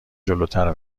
جلوتر